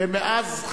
ומאז,